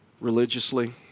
religiously